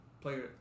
Player